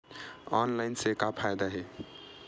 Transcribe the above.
Online से का फ़ायदा हे?